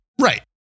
Right